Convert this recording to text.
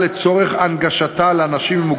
עם זאת,